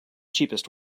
cheapest